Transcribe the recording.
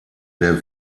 der